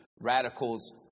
radicals